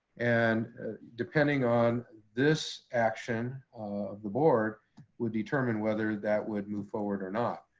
and depending on this action of the board would determine whether that would move forward or not.